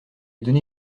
donné